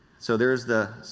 so there is the.